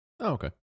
okay